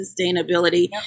sustainability